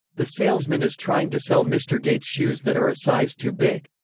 the salesman is trying to sell mr. gates shoes that are a size too big.